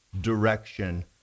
direction